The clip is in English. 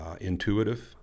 intuitive